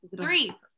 Three